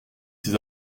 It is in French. ces